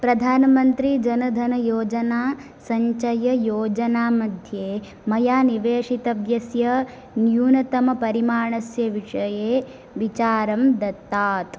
प्रधानमन्त्रीजनधनयोजना सञ्चययोजना मध्ये मया निवेशितव्यस्य न्यूनतमपरिमाणस्य विषये विचारं दत्तात्